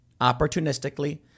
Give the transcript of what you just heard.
opportunistically